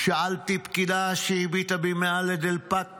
שאלתי פקידה שהביטה בי מעל לדלפק